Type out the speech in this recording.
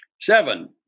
Seven